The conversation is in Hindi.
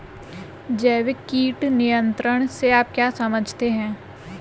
जैविक कीट नियंत्रण से आप क्या समझते हैं?